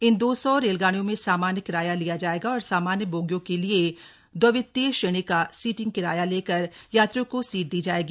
इन दो सौ रेलगाड़ियों में सामान्य किराया लिया जाएगा और सामान्य बोगियों के लिए द्वितीय श्रेणी का सीटिंग किराया लेकर यात्रियों को सीट दी जाएगी